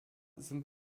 sind